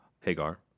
Hagar